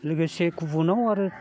लोगोसे गुबुनाव आरो